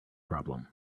problem